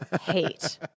hate